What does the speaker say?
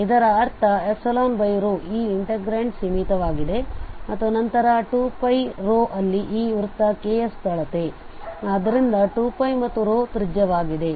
ಇದರರ್ಥ ಈ ಇನ್ಟೆಗ್ರಾಂಟ್ ಸೀಮಿತವಾಗಿದೆ ಮತ್ತು ನಂತರ 2πρ ಅಲ್ಲಿ ಈ ವೃತ್ತ K ಯ ಸುತ್ತಳತೆ ಆದ್ದರಿಂದ 2 ಮತ್ತು ತ್ರಿಜ್ಯವಾಗಿದೆ